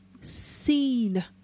seen